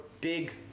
big